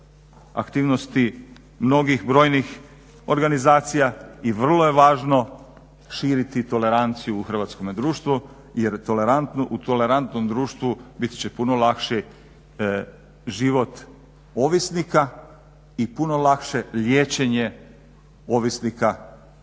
aktivnosti mnogih brojnih organizacija i vrlo je važno širiti toleranciju u hrvatskome društvu jer u tolerantnom društvu biti će puno lakši život ovisnika i puno lakše liječenje ovisnika nego